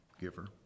giver